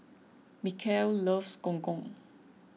Mikel loves Gong Gong